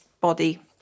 body